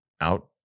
out